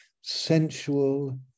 sensual